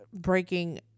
breaking